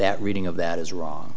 that reading of that is wrong